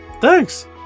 Thanks